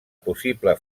possible